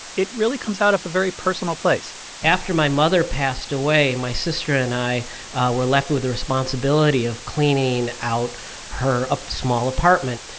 it really comes out of a very personal place after my mother passed away, my sister and i were left with the responsibility of cleaning out her ah small apartment.